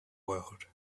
world